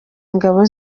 ingabo